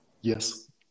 Yes